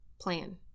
Plan